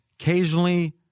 Occasionally